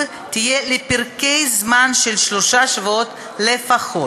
תהיה לפרקי זמן של שלושה שבועות לפחות.